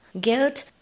guilt